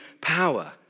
power